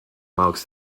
marks